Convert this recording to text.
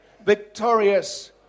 victorious